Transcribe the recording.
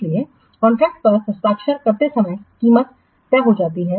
इसलिए कॉन्ट्रैक्ट पर हस्ताक्षर करते समय कीमत तय हो जाती है